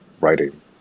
writing